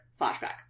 flashback